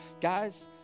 Guys